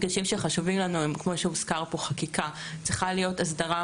הדגשים שחשובים לנו הם: חקיקה צריכה להיות הסדרה